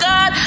God